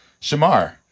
Shamar